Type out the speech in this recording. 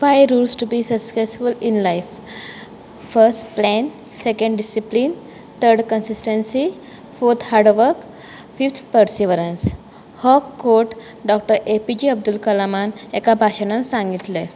five rules to be successful in life first plan second discipline third consistency fourth hard work fifth perseverance हो quote doctor A P J Abdul कलमान एका भाशणान सांगिल्लो